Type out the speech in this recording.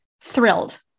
thrilled